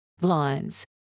blinds